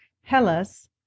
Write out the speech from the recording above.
Hellas